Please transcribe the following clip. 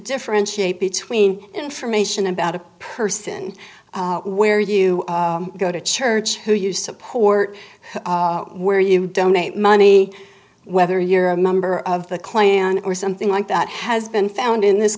differentiate between information about a person where you go to church who you support where you donate money whether you're a member of the clan or something like that has been found in this